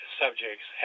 subjects